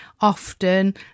often